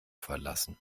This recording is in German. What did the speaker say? verlassen